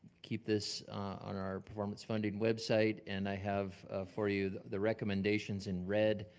keep this on our performance funding website, and i have for you the recommendations in red.